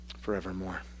forevermore